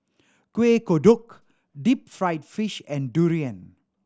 Kueh Kodok deep fried fish and durian